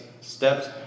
steps